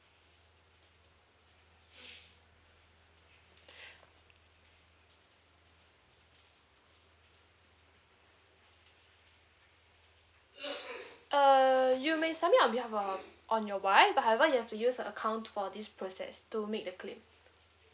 err you may submit on behalf of on your wife but however you have to use her account to for this process to make the claim